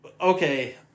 Okay